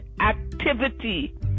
activity